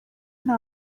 nta